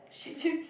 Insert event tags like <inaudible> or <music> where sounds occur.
<laughs>